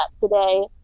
today